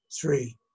Three